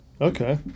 Okay